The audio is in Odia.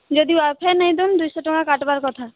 ଯଦି ୱାଇ ଫାଇ ନାହିଁ ତା ହେଲେ ଦୁଇ ଶହ ଟଙ୍କା କାଟିବାର କଥା